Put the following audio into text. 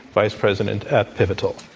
vice president at pivotal.